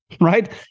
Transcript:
right